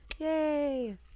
yay